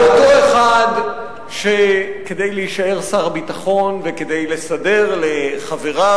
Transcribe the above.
על אותו אחד שכדי להישאר שר הביטחון וכדי לסדר לחבריו